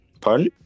Pardon